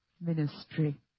ministry